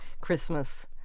Christmas